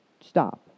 stop